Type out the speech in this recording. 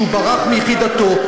שברח מיחידתו,